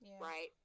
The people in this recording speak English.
right